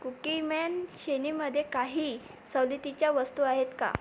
Cookieman श्रेणीमध्ये काही सवलतीच्या वस्तू आहेत का